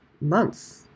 months